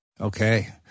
Okay